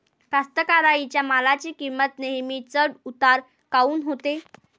कास्तकाराइच्या मालाची किंमत नेहमी चढ उतार काऊन होते?